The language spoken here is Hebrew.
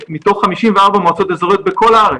מתוך 54 מועצות אזוריות בכל הארץ,